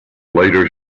later